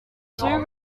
two